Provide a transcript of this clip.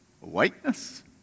whiteness